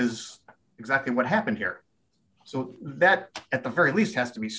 is exactly what happened here so that at the very least has to be